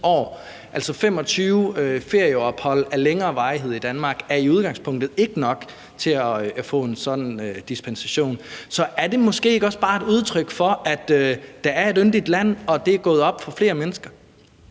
25 ferieophold af længere varighed i Danmark er i udgangspunktet ikke nok til at få en sådan dispensation. Så er det måske ikke også bare et udtryk for, at der er et yndigt land, og at det er gået op for flere mennesker?